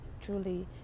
truly